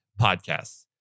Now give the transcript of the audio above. podcasts